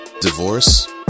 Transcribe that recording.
divorce